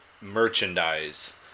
merchandise